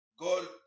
God